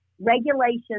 Regulations